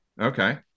Okay